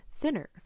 thinner